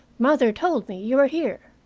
mother told me you were here.